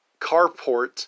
carport